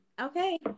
Okay